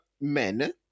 men